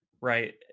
Right